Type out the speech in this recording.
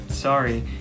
Sorry